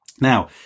now